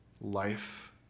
life